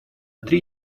три